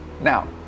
Now